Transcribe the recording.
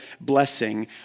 blessing